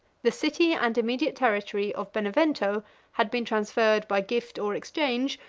the city and immediate territory of benevento had been transferred, by gift or exchange,